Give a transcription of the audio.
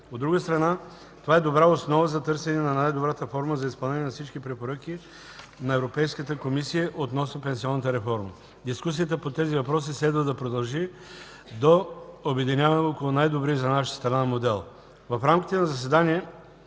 От друга страна, това е добра основа за търсене на най-добрата форма за изпълнение на всички препоръки на Европейската комисия относно пенсионната реформа. Дискусията по тези въпроси следва да продължи до обединяване около най-добрия за нашата страна модел. В рамките на заседание